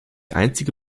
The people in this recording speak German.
einstige